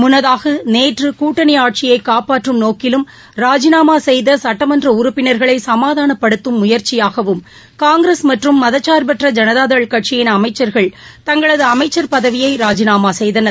முன்னதாக நேற்று கூட்டணி ஆட்சியை காப்பாற்றும் நோக்கிலும் ராஜிநாமா செய்த சுட்டமன்ற உறுப்பினர்களை சமாதானப்படுத்தும் முயற்சியாகவும் காங்கிரஸ் மற்றும் மதனர்பற்ற ஜனதாதள் கட்சிகயின் அமைச்சர்கள் தங்களது அமைச்சர் பதவியை ராஜிநாமா செய்தனர்